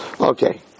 Okay